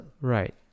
Right